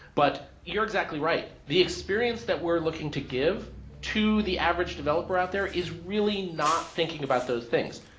but you're exactly right. the experience that we're looking to give to the average developer out there is really not thinking about those things.